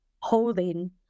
holding